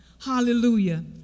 Hallelujah